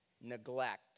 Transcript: neglect